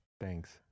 Thanks